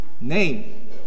Name